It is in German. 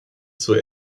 zur